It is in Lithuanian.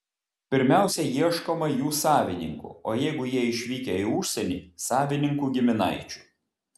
pirmiausia ieškoma jų savininkų o jeigu jie išvykę į užsienį savininkų giminaičių